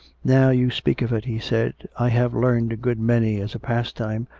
now you speak of it, he said, i have learned a good many, as a pastime,